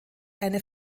eine